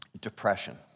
depression